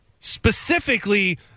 specifically